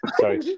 sorry